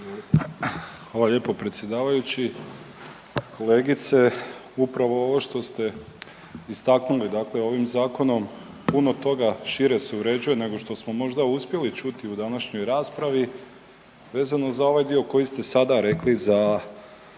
Hvala lijepo, predsjedavajući. Kolegice, upravo ovo što ste istaknuli dakle ovim zakonom puno toga šire se uređuje nego što smo možda uspjeli čuti u današnjoj raspravi. Vezano za ovaj dio koji ste sada rekli za